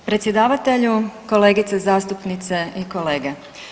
Predsjedavatelju, kolegice zastupnice i kolege.